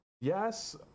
yes